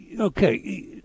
Okay